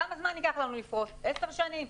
כמה זמן ייקח לנו לפרוס, 10 שנים?